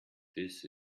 this